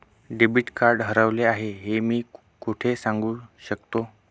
Debit card हरवले आहे हे मी कोठे सांगू शकतो?